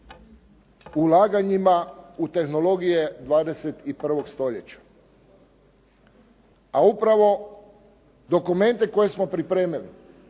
ulaganjima u tehnologije 21. stoljeća. A upravo dokumente koje smo pripremili,